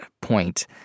point